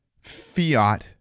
fiat